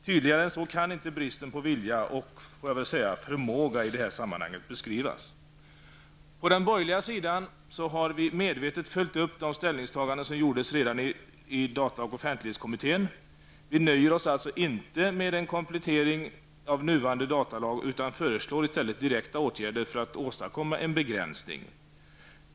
Tydligare än så kan inte bristen på vilja och förmåga -- får jag väl säga -- i det här sammanhanget beskrivas. På den borgerliga sidan har vi medvetet följt upp de ställningstaganden som gjordes redan i data och offentlighetskommittén. Vi nöjer oss alltså inte med en komplettering av nuvarande datalag utan föreslår direkta åtgärder för att åstadkomma en begränsning.